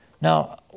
Now